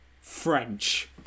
French